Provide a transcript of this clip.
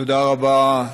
תודה רבה,